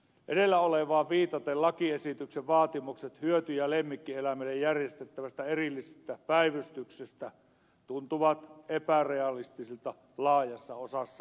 edellä olevaan viitaten lakiesityksen vaatimukset hyöty ja lemmikkieläimille järjestettävästä erillisestä päivystyksestä tuntuvat epärealistisilta laajassa osassa maatamme